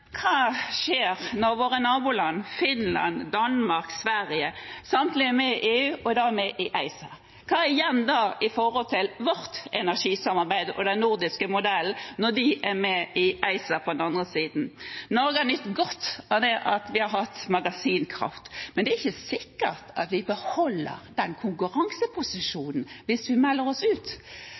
hva skjer når våre naboland Finland, Danmark, Sverige samtlige er med i EU og da med i ACER? Hva er da igjen av vårt energisamarbeid og den nordiske modellen når de er med i ACER på den andre siden? Norge har nytt godt av det at vi har hatt magasinkraft, men det er ikke sikkert at vi beholder den konkurranseposisjonen hvis vi melder oss ut,